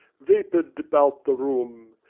vapour'd about the room,